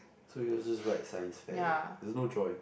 so yours just write science fair is it there's no drawing